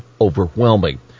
overwhelming